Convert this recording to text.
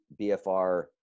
BFR